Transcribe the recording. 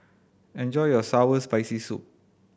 enjoy your sour Spicy Soup